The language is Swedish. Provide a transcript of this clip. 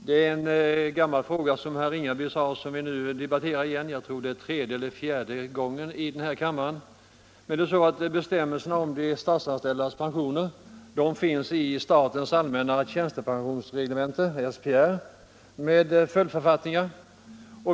Fru talman! Som herr Ringaby sade är det en gammal fråga som vi nu debatterar för tredje eller fjärde gången i denna kammare. Bestämmelser om de statsanställdas pensioner finns i statens allmänna tjänstepensionsreglemente, SPR, med följdförfattningar.